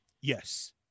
yes